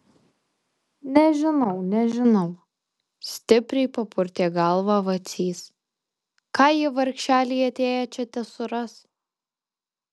nežinau nežinau stipriai papurtė galvą vacys ką jie vargšeliai atėję čia tesuras